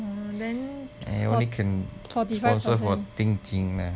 hmm then four fourty five percent